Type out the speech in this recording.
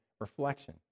reflection